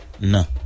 no